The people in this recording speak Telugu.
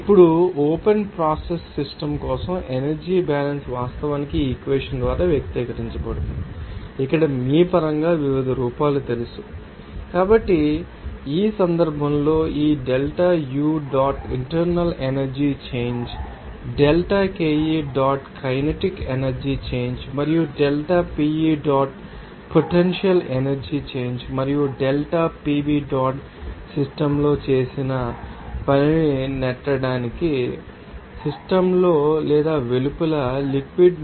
ఇప్పుడు ఓపెన్ ప్రాసెస్ సిస్టమ్ కోసం ఎనర్జీ బ్యాలెన్స్ వాస్తవానికి ఈ ఈక్వెషన్ ద్వారా వ్యక్తీకరించబడుతుంది ఇక్కడ మీ పరంగా వివిధ రూపాలు తెలుసు కాబట్టి ఈ సందర్భంలో ఈ delta U dot internal energy change delta KE dot kinetic energy change మరియు delta PE dot potential energy change మరియు డెల్టా PV డాట్ సిస్టమ్ లో చేసిన పనిని నెట్టడానికి సిస్టమ్ లో లేదా వెలుపల లిక్విడ్ ం